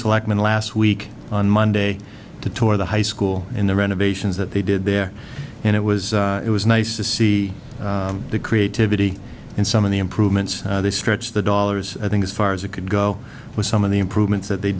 selectmen last week on monday to tour the high school in the renovations that they did there and it was it was nice to see the creativity and some of the improvements they stretch the dollars i think as far as it could go with some of the improvements that they